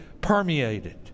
permeated